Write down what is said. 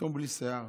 פתאום בלי שיער.